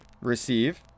receive